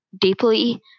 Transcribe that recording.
deeply